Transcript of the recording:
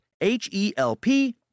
H-E-L-P